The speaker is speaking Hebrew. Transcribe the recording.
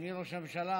אדוני ראש הממשלה,